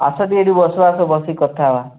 ଆସନ୍ତୁ ଏଠି ବସିବା ଆସ ବସିକି କଥା ହେବା